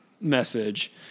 message